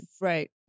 Right